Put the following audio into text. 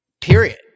period